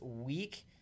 week